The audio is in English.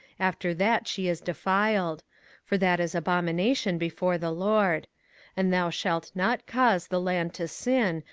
after that she is defiled for that is abomination before the lord and thou shalt not cause the land to sin,